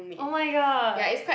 oh my god